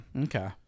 Okay